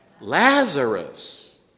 Lazarus